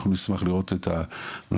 אנחנו נשמח לראות את ההמלצות,